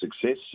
success